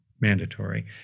mandatory